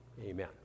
Amen